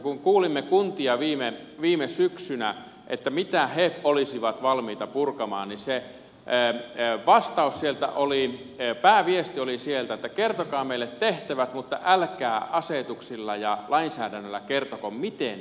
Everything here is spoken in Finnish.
kun kuulimme kuntia viime syksynä mitä he olisivat valmiita purkamaan itse hän ei vastaa siitä niin pääviesti sieltä oli että kertokaa meille tehtävät mutta älkää asetuksilla ja lainsäädännöllä kertoko miten ne tehdään